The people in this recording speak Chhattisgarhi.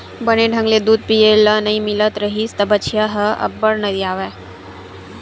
बने ढंग ले दूद पिए ल नइ मिलत रिहिस त बछिया ह अब्बड़ नरियावय